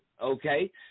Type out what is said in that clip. okay